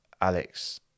Alex